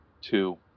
Two